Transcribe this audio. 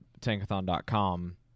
tankathon.com